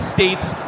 States